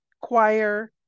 Choir